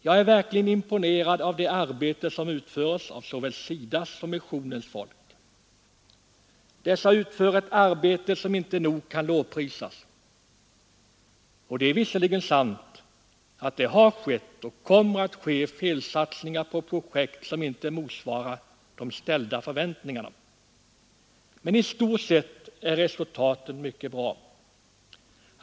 Jag är verkligen imponerad av det arbete som utförs av såväl SIDA s som missionens folk. Dessa människor utför ett arbete som inte nog kan lovprisas. Det är visserligen sant att det har skett och kommer att ske felsatsningar på projekt som inte motsvarar de ställda förväntningarna, men i stort sett är resultatet mycket bra.